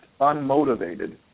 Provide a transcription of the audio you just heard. unmotivated